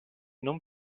non